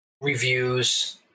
reviews